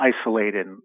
isolated